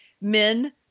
Men